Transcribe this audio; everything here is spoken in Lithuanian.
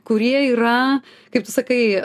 kurie yra kaip tu sakai